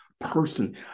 person